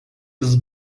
jis